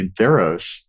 Theros